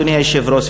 אדוני היושב-ראש,